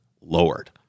lowered